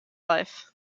life